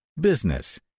business